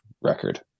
record